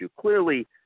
clearly